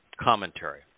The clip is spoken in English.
commentary